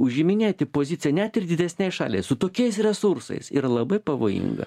užiminėti poziciją net ir didesnei šaliai su tokiais resursais yra labai pavojinga